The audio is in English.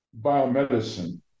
biomedicine